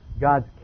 God's